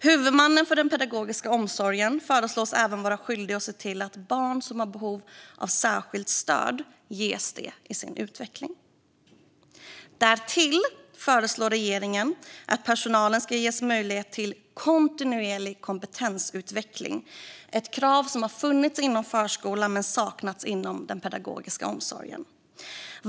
Huvudmannen för den pedagogiska omsorgen föreslås även vara skyldig att se till att barn som har behov av särskilt stöd ges det i sin utveckling. Därtill föreslår regeringen att personalen ska ges möjlighet till kontinuerlig kompetensutveckling, ett krav som har funnits inom förskolan men som har saknats inom den pedagogiska omsorgen.